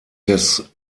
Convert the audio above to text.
des